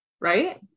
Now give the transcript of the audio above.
Right